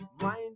Mind